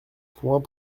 point